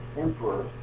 emperor